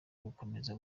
gukomeza